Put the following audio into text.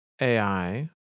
AI